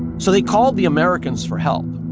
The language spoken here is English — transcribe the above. so they called the americans for help.